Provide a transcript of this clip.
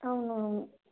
అవును అవును